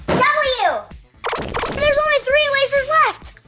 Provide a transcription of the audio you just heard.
w. there's only three lasers left!